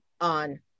on